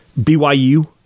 BYU